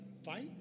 fight